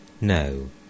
no